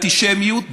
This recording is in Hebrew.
לאנטישמיות,